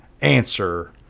answer